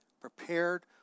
prepared